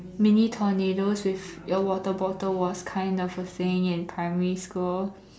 mini tornadoes with your water bottle was kind of a thing in primary school